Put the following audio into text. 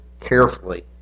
carefully